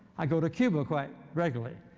i go to cuba quite regularly.